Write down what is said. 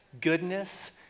goodness